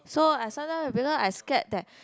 so I sometimes because I scared that